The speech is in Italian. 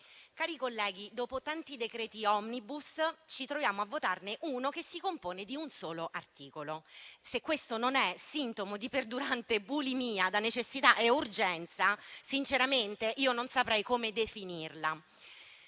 cari colleghi, dopo tanti decreti *omnibus* ci troviamo a votarne uno che si compone di un solo articolo. Se questo non è sintomo di perdurante bulimia da necessità e urgenza, sinceramente non saprei come definirla.